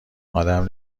آدم